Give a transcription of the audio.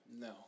No